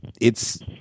It's-